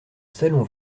salon